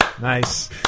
Nice